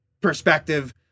perspective